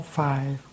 five